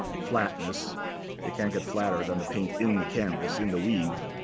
flatness you can't get flatter than the paint in the canvas in the weave.